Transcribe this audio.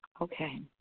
Okay